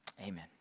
Amen